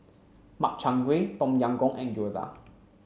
Makchang Gui Tom Yam Goong and Gyoza